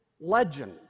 legend